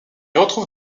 retrouve